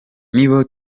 nibo